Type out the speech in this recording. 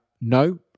No